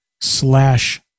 slash